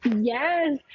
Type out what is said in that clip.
Yes